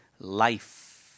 life